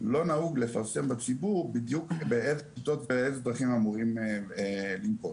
לא נהוג לפרסם בציבור בדיוק באילו דרכים וקבוצות הם אמורים לנקוט,